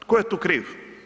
Tko je tu kriv?